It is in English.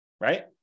Right